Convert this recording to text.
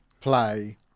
play